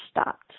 stopped